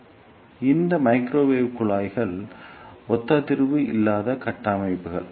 எனவே இந்த மைக்ரோவேவ் குழாய்கள் ஒத்ததிர்வு இல்லாத கட்டமைப்புகள்